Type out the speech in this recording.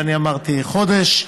ואני אמרתי חודש,